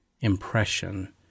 impression